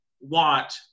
want